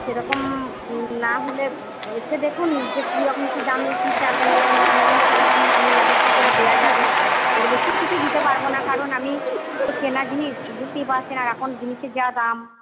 সেরকম না হলে এসে দেখুন যে কীরকম কি দামের কি চালটা নেবেন না নেবেন সেরকম মানের ব্যবস্থা করে দেওয়া যাবে এর বেশি কিছু দিতে পারবো না কারণ আমি তো কেনা জিনিস বুঝতেই পারছেন আর এখন জিনিসের যা দাম